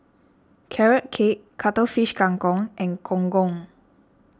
Carrot Cake Cuttlefish Kang Kong and Gong Gong